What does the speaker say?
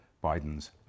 BIDEN'S